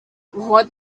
what